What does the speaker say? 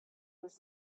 his